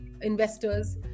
investors